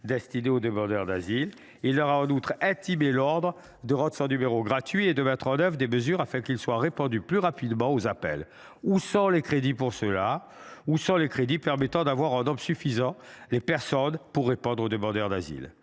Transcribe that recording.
destinée aux demandeurs d’asile. Il leur a en outre intimé l’ordre de rendre son numéro gratuit et de mettre en œuvre des mesures afin qu’il soit répondu plus rapidement aux appels. Où sont les crédits correspondants ? Où sont les crédits permettant de mobiliser un nombre suffisant de personnes pour répondre aux demandeurs d’asile ?